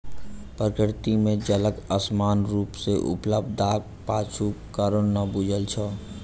प्रकृति मे जलक असमान रूप सॅ उपलब्धताक पाछूक कारण नै बूझल छै